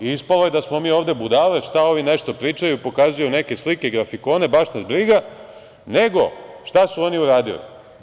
Ispalo je da smo mi ovde budale, šta ovi nešto pričaju, pokazuju neke slike, grafikone, baš nas briga, nego šta su oni uradili?